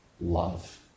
love